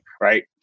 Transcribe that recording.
right